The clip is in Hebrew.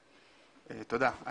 תודה.